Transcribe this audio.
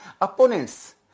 opponents